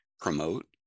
promote